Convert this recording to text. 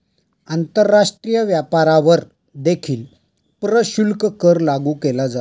आंतरराष्ट्रीय व्यापारावर देखील प्रशुल्क कर लागू केला जातो